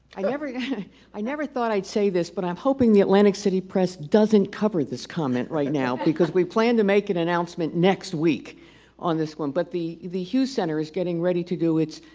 never yeah i never thought i'd say this but i'm hoping the atlantic city press doesn't cover this comment right now because we plan to make an announcement next week on this one but the the hughes center is getting ready to do its